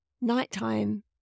Nighttime